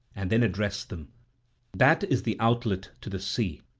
and then addressed them that is the outlet to the sea,